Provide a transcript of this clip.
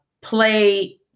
play